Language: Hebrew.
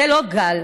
זה לא גל,